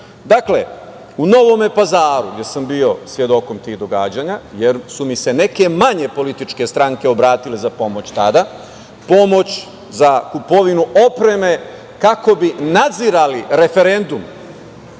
Dakle, u Novom Pazaru gde sam bio svedok tih događanja, jer su mi se neke manje političke stranke obratile za pomoć tada, pomoć za kupovinu opreme, kako bi nadzirali referendum